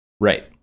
Right